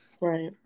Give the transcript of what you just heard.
right